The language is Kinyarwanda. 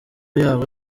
y’abo